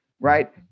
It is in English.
right